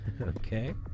Okay